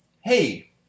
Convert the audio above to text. hey